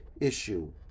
issue